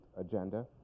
agenda